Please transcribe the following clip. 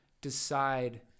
decide